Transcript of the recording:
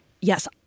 Yes